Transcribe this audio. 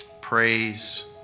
praise